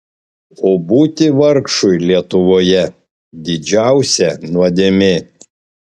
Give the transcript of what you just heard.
o būti vargšui lietuvoje didžiausia nuodėmė